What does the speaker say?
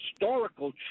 historical